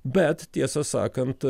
bet tiesą sakant